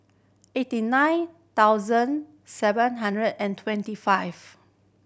eighty nine thousand seven hundred and twenty five